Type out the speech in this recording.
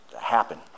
happen